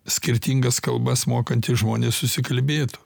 skirtingas kalbas mokantys žmonės susikalbėtų